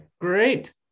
great